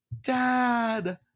dad